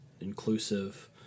inclusive